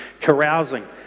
carousing